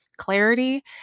clarity